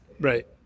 Right